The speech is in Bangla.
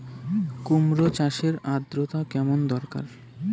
কুমড়ো চাষের আর্দ্রতা কেমন দরকার?